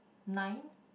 nine